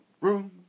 room